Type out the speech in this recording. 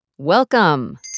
Welcome